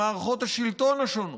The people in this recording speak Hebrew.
במערכות השלטון השונות,